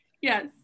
yes